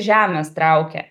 žemės traukia